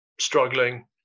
struggling